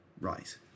Right